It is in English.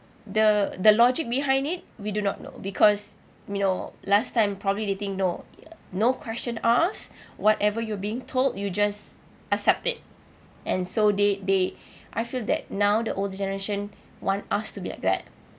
the the logic behind it we do not know because you know last time probably they think no no question asked whatever you being told you just accept it and so they they I feel that now the older generation want us to be like that